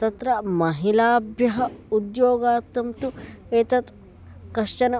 तत्र महिलाभ्यः उद्योगार्थं तु एतत् कश्चन